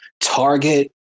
target